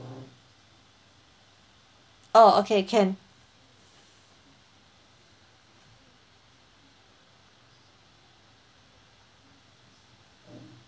oh okay can